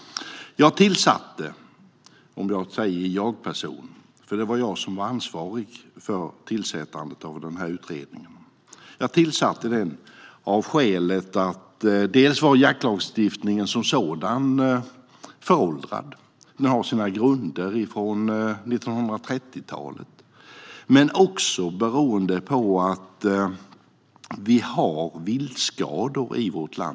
Jag tillsatte den här utredningen - jag talar i jagform, för det var jag som var ansvarig för tillsättandet - bland annat för att jaktlagstiftningen som sådan var föråldrad. Den har sina grunder i 1930-talet. Men jag gjorde det också för att vi har viltskador i vårt land.